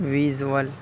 visual